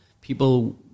people